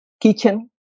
kitchen